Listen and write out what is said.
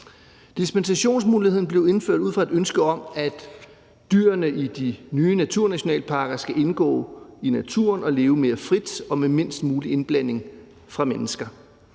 Dispensationsmuligheden blev indført ud fra et ønske om, at dyrene i de nye naturnationalparker skal indgå i naturen og leve mere frit og med mindst mulig indblanding fra mennesker.